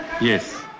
Yes